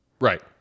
Right